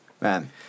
Man